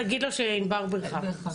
תגיד לו שענבר בירכה,